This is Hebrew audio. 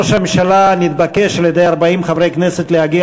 ראש הממשלה נתבקש על-ידי 40 חברי כנסת להגיע